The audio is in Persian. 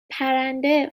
پرنده